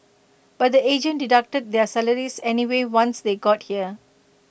but the agent deducted their salaries anyway once they got here